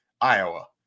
Iowa